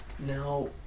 Now